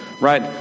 Right